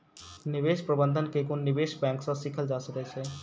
निवेश प्रबंधन के गुण निवेश बैंक सॅ सीखल जा सकै छै